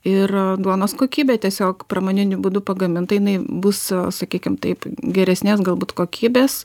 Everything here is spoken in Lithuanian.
ir duonos kokybė tiesiog pramoniniu būdu pagaminta jinai bus sakykim taip geresnės galbūt kokybės